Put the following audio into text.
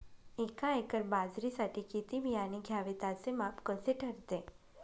एका एकर बाजरीसाठी किती बियाणे घ्यावे? त्याचे माप कसे ठरते?